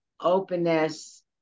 openness